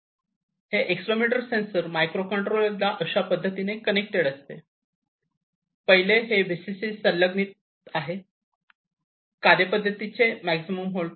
हे accelerometer sensor हे मायक्रोकंट्रोलरला अशा पद्धतीने कनेक्टेड असते पहिले हे VCC संलग्नित आहे कार्यपद्धतीचे मॅक्सिमम होल्टेज